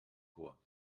chor